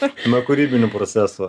nuo kūrybinių procesų